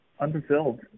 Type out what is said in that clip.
unfulfilled